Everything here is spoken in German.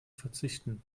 verzichten